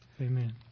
Amen